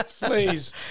Please